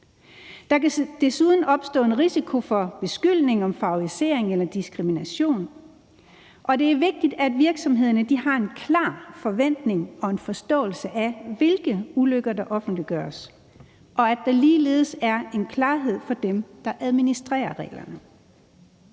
Der kan desuden opstå en risiko for beskyldning om favorisering eller diskrimination, og det er vigtigt, at virksomhederne har en klar forventning om og en forståelse af, hvilke ulykker der offentliggøres, og at der ligeledes er en klarhed for dem, der administrerer reglerne.